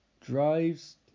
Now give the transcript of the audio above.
drives